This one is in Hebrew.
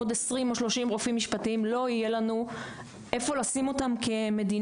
עוד עשרים או שלושים רופאים משפטיים לא יהיה לנו איפה לשים אותם כמדינה,